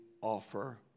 offer